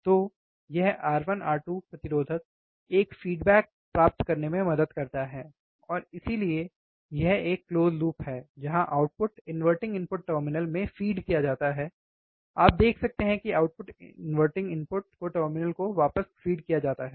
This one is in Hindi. तो यह R1 R2 प्रतिरोधक एक फ़ीडबैक प्राप्त करने में मदद करता है और इसीलिए यह एक क्लोज लूप है जहाँ आउटपुट इनवर्टिंग इनपुट टर्मिनल में फीड किया जाता है आप देख सकते हैं कि आउटपुट इनवर्टिंग इनपुट टर्मिनल को वापस फीड किया जाता है